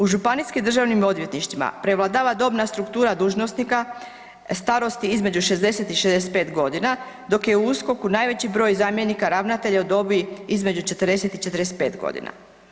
U županijskim državnim odvjetništvima prevladava dobna struktura dužnosnika starosti između 60 i 65 godina dok je u USKOK-u najveći broj zamjenika ravnatelja u dobi između 40 i 45 godina.